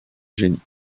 génie